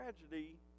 tragedy